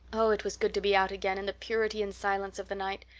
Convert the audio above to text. oh, it was good to be out again in the purity and silence of the night!